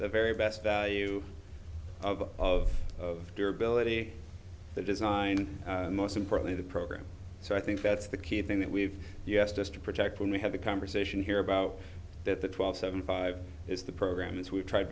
the very best value of of of your ability to design and most importantly the program so i think that's the key thing that we've asked us to protect when we have a conversation here about that the twelve seven five is the programs we've tried